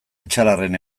etxalarren